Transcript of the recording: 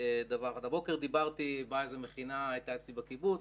הבוקר הייתה אצלי מכינה בקיבוץ,